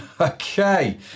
Okay